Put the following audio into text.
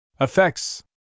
Effects